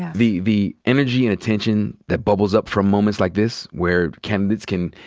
the the energy and attention that bubbles up from moments like this where candidates can,